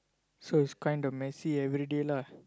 so it's kinda messy everyday lah